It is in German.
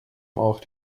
auch